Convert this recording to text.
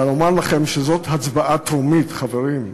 לומר לכם שזאת הצבעה בקריאה טרומית, חברים.